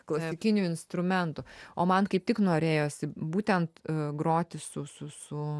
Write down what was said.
klasikinių instrumentų o man kaip tik norėjosi būtent groti su su su